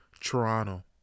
Toronto